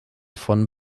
von